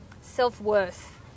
self-worth